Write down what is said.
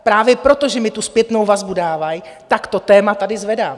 Právě proto, že mi tu zpětnou vazbu dávají, tak to téma tady zvedám.